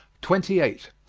twenty eight.